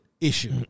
issue